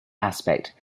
aspect